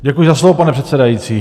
Děkuji za slovo, pane předsedající.